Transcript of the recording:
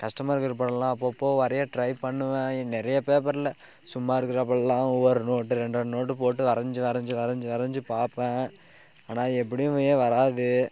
கஷ்டமா இருக்கிற படலான் அப்பப்போ வரைய ட்ரை பண்ணுவேன் நிறைய பேப்பரில் சும்மா இருக்கிறப்பலாம் ஒவ்வொரு நோட்டு ரெண்டு ரெண்டு போட்டு வரைஞ்சி வரைஞ்சி வரைஞ்சி வரைஞ்சி பார்ப்பேன் ஆனால் எப்படியுமே வராது